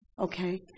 okay